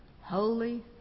holy